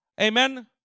Amen